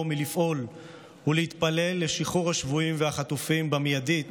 מלפעול ולהתפלל לשחרור השבויים והחטופים מיידית